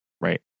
Right